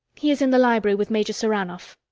he is in the library with major saranoff.